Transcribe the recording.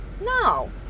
No